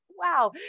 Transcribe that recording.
wow